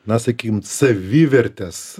na sakym savivertės